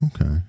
Okay